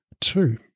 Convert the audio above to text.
Two